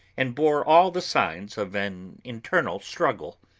and bore all the signs of an internal struggle.